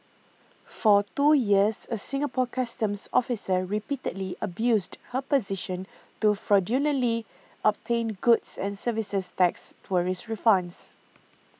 for two years a Singapore Customs officer repeatedly abused her position to fraudulently obtain goods and services tax tourist refunds